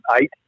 eight